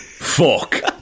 Fuck